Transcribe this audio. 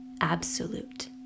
Absolute